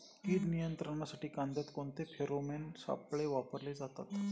कीड नियंत्रणासाठी कांद्यात कोणते फेरोमोन सापळे वापरले जातात?